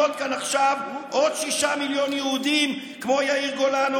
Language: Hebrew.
כאן עכשיו עוד שישה מיליון יהודים כמו יאיר גולן,